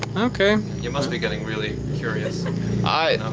okay, you must be getting really curious i.